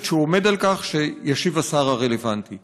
בכך שהוא עומד על זה שמי שישיב לנו על